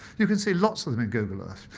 you can see lots of them in google earth.